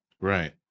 right